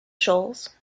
shoals